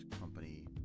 company